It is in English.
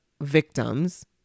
victims